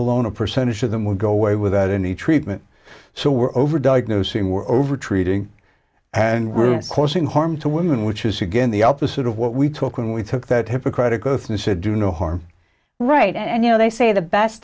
alone a percentage of them would go away without any treatment so we're over diagnosing we're over treating and causing harm to women which is again the opposite of what we took when we took that hippocratic oath and said do no harm right and you know they say the best